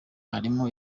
harimo